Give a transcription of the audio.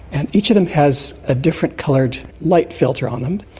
and each of them has a different coloured light filter on them.